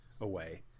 away